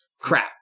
Crap